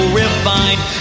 refined